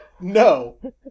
No